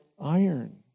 iron